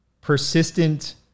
persistent